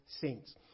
saints